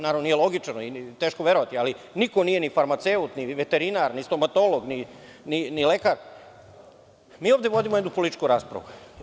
Naravno, to nije logično ili je teško verovati, ali niko nije ni farmaceut, ni veterinar, ni stomatolog, ni lekar, mi ovde vodimo jednu političku raspravu.